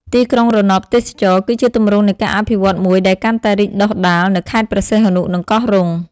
ទីក្រុងរណបទេសចរណ៍ គឺជាទម្រង់នៃការអភិវឌ្ឍន៍មួយដែលកាន់តែរីកដុះដាលនៅខេត្តព្រះសីហនុ និងកោះរ៉ុង។